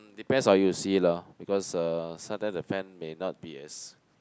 depends how you see it lor because uh sometimes the fan may not be as